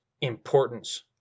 importance